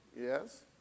Yes